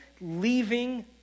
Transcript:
leaving